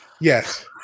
Yes